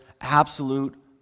absolute